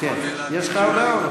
יש לך הודעה?